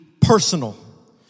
personal